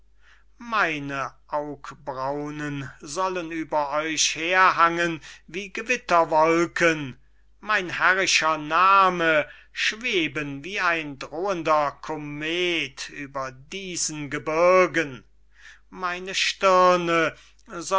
meine aug braunen sollen über euch herhangen wie gewitter wolken mein herrischer name schweben wie ein drohender komet über diesen gebirgen meine stirne